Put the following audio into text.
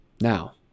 now